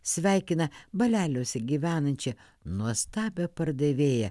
sveikina baleliuose gyvenančią nuostabią pardavėją